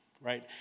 right